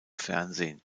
fernsehen